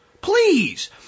Please